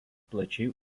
plačiai